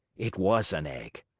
it was an egg.